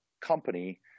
company